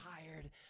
tired